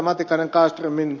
matikainen kallströmin